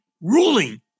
ruling